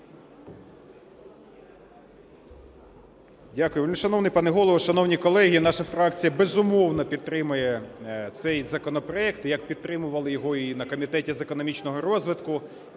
Дякую. Вельмишановний Голово, шановні колеги! Наша фракція, безумовно, підтримує цей законопроект, як підтримували його і на Комітеті з економічного розвитку,